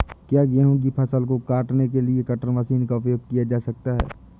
क्या गेहूँ की फसल को काटने के लिए कटर मशीन का उपयोग किया जा सकता है?